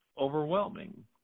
overwhelming